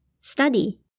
Study